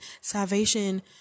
salvation